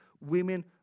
women